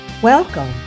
Welcome